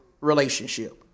relationship